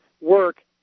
work